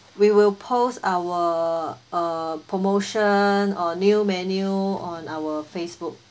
our uh promotion or new menu on our Facebook